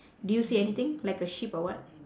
do you see anything like a sheep or what